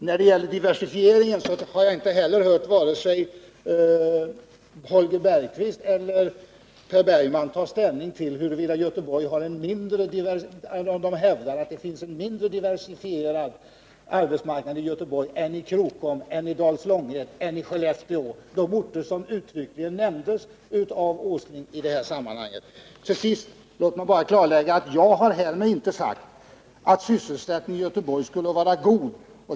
När det gäller vad som sades om diversifieringen, så har jag inte hört vare sig Holger Bergqvist eller Per Bergman hävda att arbetsmarknaden i Göteborg är mindre diversifierad än den är i Krokom, Dals Långed eller Skellefteå — de orter som uttryckligen nämndes av Nils Åsling i det här sammanhanget. Till sist: Låt mig bara klarlägga att jag härmed inte har sagt att sysselsättningsläget i Göteborg skulle vara tillfredsställande.